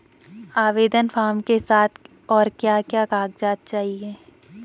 आवेदन फार्म के साथ और क्या क्या कागज़ात चाहिए?